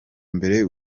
mbere